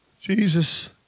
Jesus